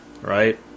right